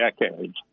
decades